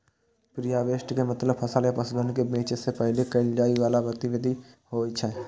preharvest के मतलब फसल या पशुधन कें बेचै सं पहिने कैल जाइ बला गतिविधि होइ छै